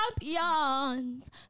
champions